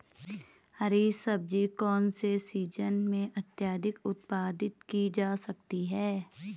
हरी सब्जी कौन से सीजन में अत्यधिक उत्पादित की जा सकती है?